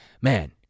man